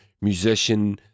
musician